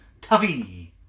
Tuffy